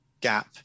gap